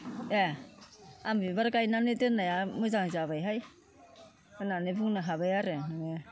ए आं बिबार गायनानै दोननाया मोजां जाबायहाय होननानै बुंनो हाबाय आरो नोङो